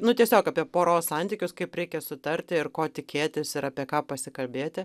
nu tiesiog apie poros santykius kaip reikia sutarti ir ko tikėtis ir apie ką pasikalbėti